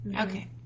Okay